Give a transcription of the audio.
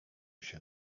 się